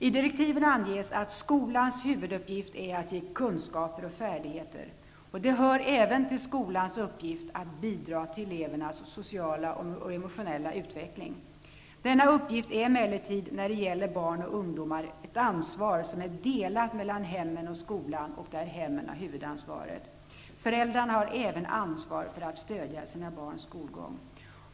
I direktiven anges att skolans huvuduppgift är att ge kunskaper och färdigheter. Det hör även till skolans uppgift att bidra till elevernas sociala och emotionella utveckling. Denna uppgift är emellertid när det gäller barn och ungdomar ett ansvar som är delat mellan hemmen och skolan och där hemmen har huvudansvaret. Föräldrarna har även ansvar för att stödja sina barns skolgång.